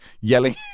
yelling